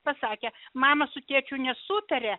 pasakė mama su tėčiu nesutaria